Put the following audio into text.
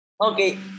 Okay